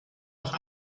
auch